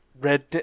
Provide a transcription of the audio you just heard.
red